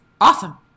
awesome